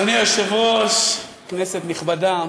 אדוני היושב-ראש, כנסת נכבדה,